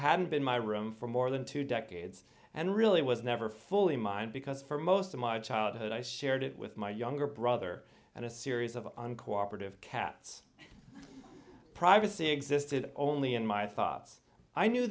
had been my room for more than two decades and really was never fully mine because for most of my childhood i shared it with my younger brother and a series of uncooperative cats privacy existed only in my thoughts i knew